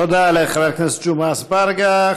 תודה לחבר הכנסת ג'מעה אזברגה.